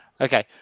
Okay